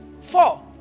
four